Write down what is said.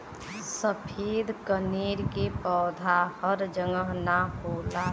सफ़ेद कनेर के पौधा हर जगह ना होला